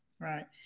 Right